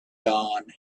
dawn